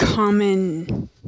Common